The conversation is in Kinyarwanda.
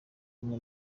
kumwe